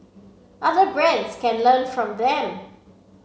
other brands can learn from them